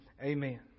amen